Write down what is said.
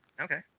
Okay